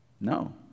No